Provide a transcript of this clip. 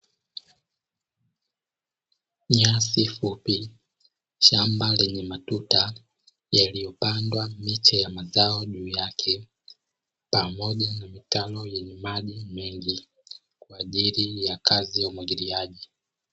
Nyasi fupi, shamba lenye matuta yaliyopandwa miche ya mazao juu yake, pamoja na mitaro yenye maji mengi kwaajili ya kazi ya umwagiliaji.